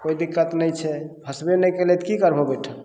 कोइ दिक्कत नहि छै फसबे नहि कयलय तऽ कि करबय बैठल